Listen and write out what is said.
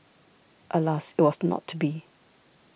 alas it was not to be